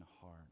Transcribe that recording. heart